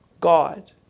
God